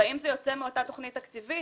והאם זה יוצא מאותה תוכנית תקציבית?